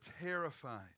terrified